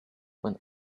when